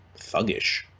thuggish